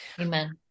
Amen